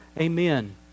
Amen